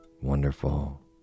wonderful